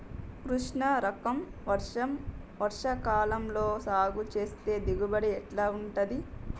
కృష్ణ రకం వర్ష కాలం లో సాగు చేస్తే దిగుబడి ఎట్లా ఉంటది?